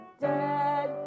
dead